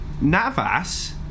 Navas